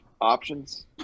options